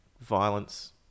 violence